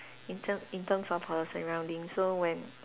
in term in terms of her surroundings so when